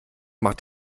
macht